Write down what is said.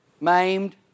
Maimed